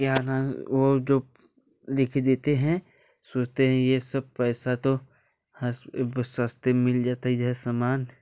क्या नाम वो जो लिख के देते हैं सोचते हैं ये सब पैसा तो सस्ते मिल जाता है यह सामान